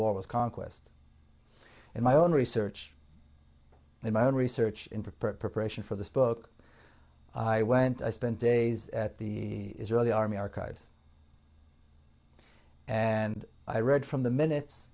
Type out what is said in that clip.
war was conquest and my own research in my own research into print preparation for this book i went i spent days at the israeli army archives and i read from the minutes